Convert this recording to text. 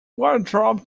wardrobe